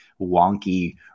wonky